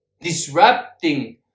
disrupting